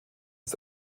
ist